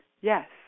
Yes